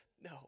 No